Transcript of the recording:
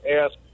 ask